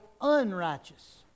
unrighteous